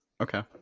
Okay